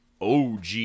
OG